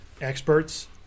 experts